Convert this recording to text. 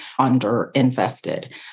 underinvested